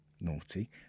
naughty